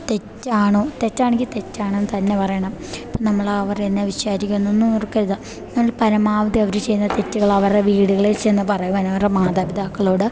തെറ്റാണോ തെറ്റാണെങ്കിൽ തെറ്റാണ് എന്ന് തന്നെ പറയണം ഇപ്പം നമ്മൾ അവർ എന്നാ വിചാരിക്കുമെന്നൊന്നും ഓർക്കരുത് നമ്മൾ പരമാവധി അവർ ചെയ്യുന്ന തെറ്റുകളവരുടെ വീടുകളിൽ ചെന്ന് പറയുവാൻ അവരുടെ മാതാപിതാക്കളോട്